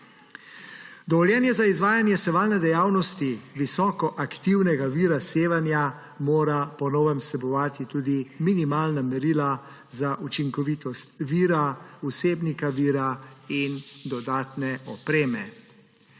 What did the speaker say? Dovoljenje za izvajanje sevalne dejavnosti visoko aktivnega vira sevanja mora po novem vsebovati tudi minimalna merila za učinkovitost vira, vsebnika vira in dodatne opreme.